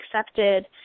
accepted